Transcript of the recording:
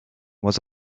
was